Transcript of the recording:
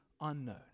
unknown